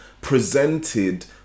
presented